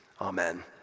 Amen